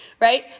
Right